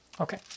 Okay